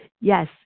yes